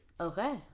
Okay